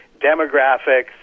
demographics